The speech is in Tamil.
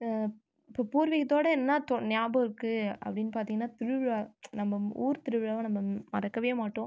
இப்போ பூர்வீகத்தோட என்ன தொ ஞாபகோ இருக்குது அப்படினு பார்த்திங்கனா திருவிழா நம்ம ஊர் திருவிழாவை நம்ம மறக்கவே மாட்டோம்